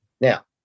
now